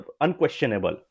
unquestionable